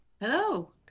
Hello